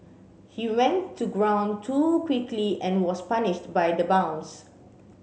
he went to ground too quickly and was punished by the bounce